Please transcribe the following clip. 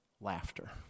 laughter